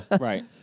Right